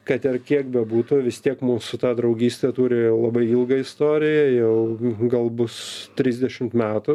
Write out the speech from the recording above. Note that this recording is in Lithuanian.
kad ir kiek bebūtų vis tiek mūsų draugystė turi labai ilgą istorija jau gal bus trisdešimt metų